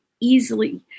easily